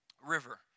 river